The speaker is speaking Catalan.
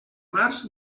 març